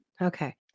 Okay